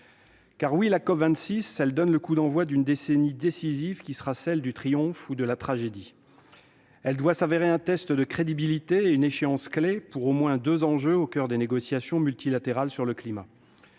effet, la COP26 donne le coup d'envoi d'une décennie décisive qui sera celle du triomphe ou de la tragédie. Elle doit constituer un test de crédibilité et une échéance clé pour au moins deux enjeux au coeur des négociations multilatérales sur le climat